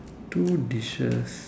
two dishes